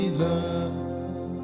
love